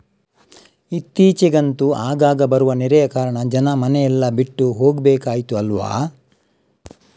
ಇತ್ತೀಚಿಗಂತೂ ಆಗಾಗ ಬರುವ ನೆರೆಯ ಕಾರಣ ಜನ ಮನೆ ಎಲ್ಲ ಬಿಟ್ಟು ಹೋಗ್ಬೇಕಾಯ್ತು ಅಲ್ವಾ